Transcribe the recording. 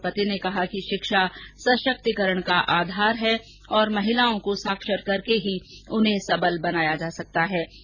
राष्ट्रपति ने कहा कि कि शिक्षा सशक्तिकरण का आधार है और महिलाओं को साक्षर करके ही उन्हें सबल बनाया जा सकता है